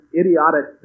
idiotic